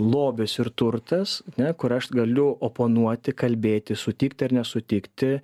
lobis ir turtas ne kur aš galiu oponuoti kalbėti sutikti ar nesutikti